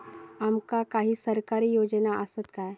आमका काही सरकारी योजना आसत काय?